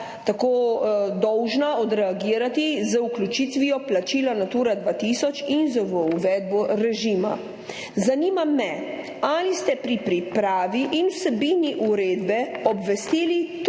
tako dolžna odreagirati z vključitvijo plačila Natura 2000 in z uvedbo režima. Zanima me: Ali ste pri pripravi in vsebini uredbe obvestili tudi